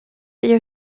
est